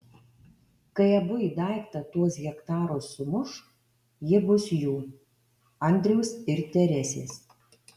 kai abu į daiktą tuos hektarus sumuš jie bus jų andriaus ir teresės